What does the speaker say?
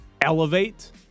elevate